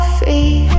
free